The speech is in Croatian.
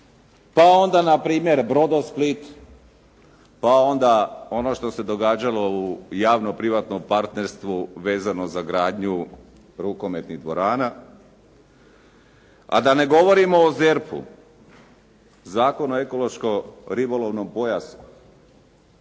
Pa onda npr. Brodosplit, pa onda ono što se događalo u javno-privatnom partnerstvu vezano za gradnju rukometnih dvorana. A da ne govorimo o ZERP-u, Zakon o ekološko-ribolovnom pojasu